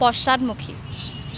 পশ্চাদমুখী